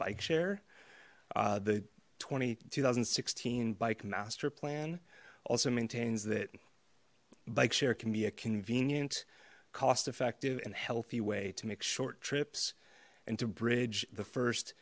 bike share the twenty two thousand and sixteen bike master plan also maintains that bike share can be a convenient cost effective and healthy way to make short trips and to bridge the first